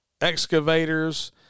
excavators